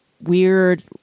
weird